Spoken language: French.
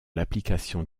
l’application